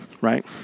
right